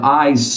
eyes